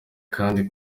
kandi